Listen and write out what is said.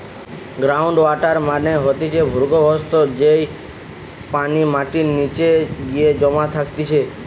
ground water মানে হতিছে ভূর্গভস্ত, যেই পানি মাটির নিচে গিয়ে জমা থাকতিছে